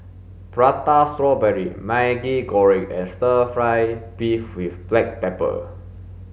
prata strawberry maggi goreng and stir fry beef with black pepper